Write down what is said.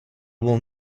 will